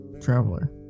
traveler